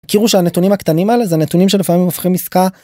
כאילו שהנתונים הקטנים על זה נתונים של פעמים הופכים עסקה.